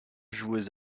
joueuses